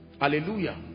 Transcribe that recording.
Hallelujah